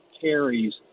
carries